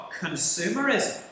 consumerism